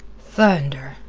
thunder!